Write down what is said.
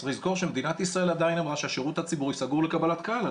צריך לזכור שמדינת ישראל עדיין אמרה שהשירות הציבורי לקבלת קהל,